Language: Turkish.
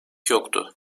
yoktu